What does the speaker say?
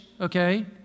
okay